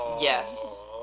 Yes